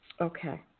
Okay